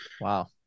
Wow